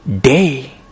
day